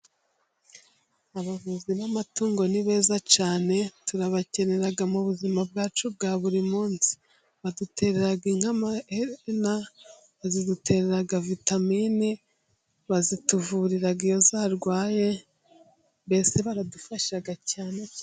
Abavuzi b'amatungo ni beza cyane, turabakenera mu buzima bwacu bwa buri munsi, baduterera inka, baziduterera vitamine, bazituvurira iyo zarwaye mbese baradufasha cyane.